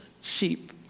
sheep